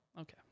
Okay